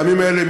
בימים האלה,